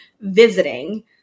visiting